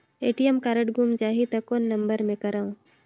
ATM card गुम जाही त कौन नम्बर मे करव?